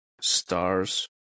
stars